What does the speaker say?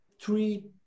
three